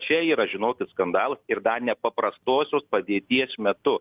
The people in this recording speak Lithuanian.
čia yra žinokit skandalas ir dar nepaprastosios padėties metu